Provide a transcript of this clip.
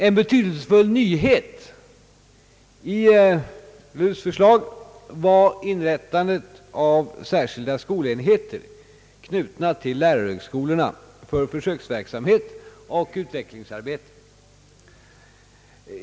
En betydelsefull nyhet i lärarutbildningssakkunnigas förslag var inrättandet av särskilda skolenheter, knutna till lärarhögskolorna, för försöksverksamhet och utvecklingsarbete.